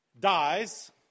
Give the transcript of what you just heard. dies